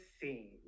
scene